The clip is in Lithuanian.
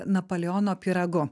napoleono pyragu